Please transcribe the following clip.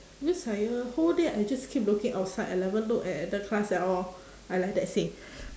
because I uh whole day I just keep looking outside I never look a~ at the class at all I like that say